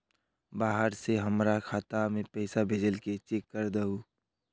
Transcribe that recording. बाहर से हमरा खाता में पैसा भेजलके चेक कर दहु?